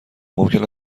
ممکن